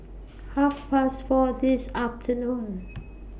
Half Past four This afternoon